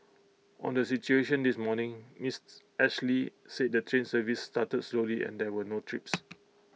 on the situation this morning miss Ashley said the train service started slowly and there were no trips